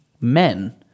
men